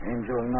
Angel